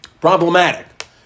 problematic